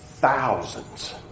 Thousands